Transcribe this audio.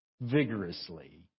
vigorously